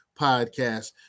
podcast